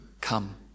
come